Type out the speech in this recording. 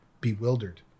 bewildered